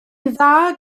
dda